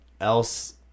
else